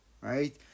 Right